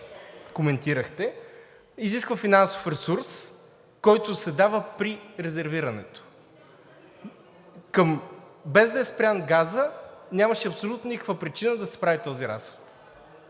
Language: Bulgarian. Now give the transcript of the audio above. коментирахте, изисква финансов ресурс, който се дава при резервирането. Без да е спрян газът, нямаше абсолютно никаква причина да се прави този разход.